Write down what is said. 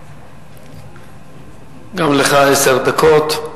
גם לך עשר דקות.